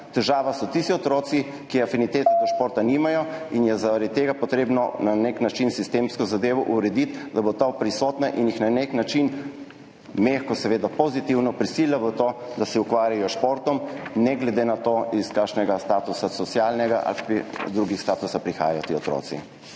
težava so tisti otroci, ki afinitete do športa nimajo, in je zaradi tega potrebno na nek način sistemsko zadevo urediti, da bo ta prisotna in jih na nek način, seveda mehko, pozitivno, prisilila v to, da se ukvarjajo s športom ne glede na to, kakšen socialni ali drugi status imajo ti otroci.